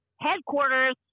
headquarters